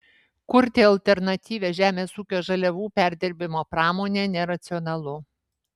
kurti alternatyvią žemės ūkio žaliavų perdirbimo pramonę neracionalu